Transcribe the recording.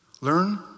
learn